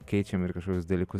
keičiame ir kažkokius dalykus